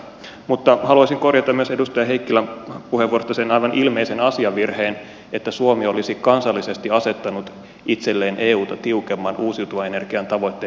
mutta haluaisin korjata myös edustaja heikkilän puheenvuorosta sen aivan ilmeisen asiavirheen että suomi olisi kansallisesti asettanut itselleen euta tiukemman uusiutuvan energian tavoitteen